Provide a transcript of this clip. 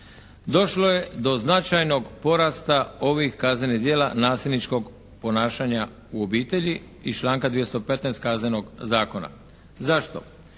Došlo je do značajnog porasta ovih kaznenih djela nasilničkog ponašanja u obitelji iz članka 215. Kaznenog zakona. Zašto?